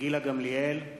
גילה גמליאל,